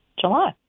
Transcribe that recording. July